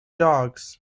dogs